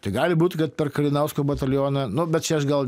tai gali būt kad per kalinausko batalioną nu bet čia aš gal